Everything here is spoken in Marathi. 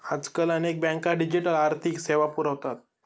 आजकाल अनेक बँका डिजिटल आर्थिक सेवा पुरवतात